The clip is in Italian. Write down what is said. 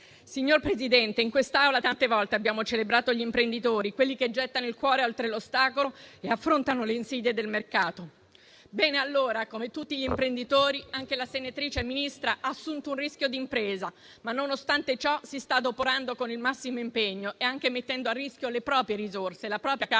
Signor Presidente, in quest'Aula tante volte abbiamo celebrato gli imprenditori, quelli che gettano il cuore oltre l'ostacolo e affrontano le insidie del mercato. Come tutti gli imprenditori, anche la senatrice e Ministro ha assunto un rischio di impresa, ma nonostante ciò si sta adoperando con il massimo impegno, anche mettendo a rischio le proprie risorse e la propria casa